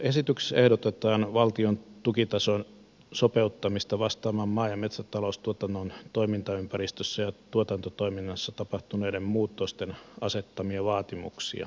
esityksessä ehdotetaan valtion tukitason sopeuttamista vastaamaan maa ja metsäta loustuotannon toimintaympäristössä ja tuotantotoiminnassa tapahtuneiden muutosten asettamia vaatimuksia